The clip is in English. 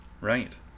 Right